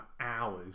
hours